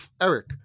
Eric